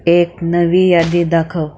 एक नवी यादी दाखव